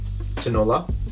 Tinola